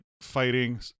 fighting